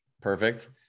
Perfect